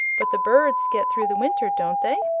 but the birds get through the winter, don't they?